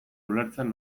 ulertzen